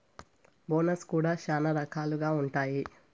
bonus కూడా శ్యానా రకాలుగా ఉంటాయి